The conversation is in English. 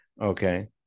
Okay